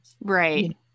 Right